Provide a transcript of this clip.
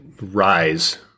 rise